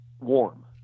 warm